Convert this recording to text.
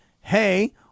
hey